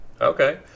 Okay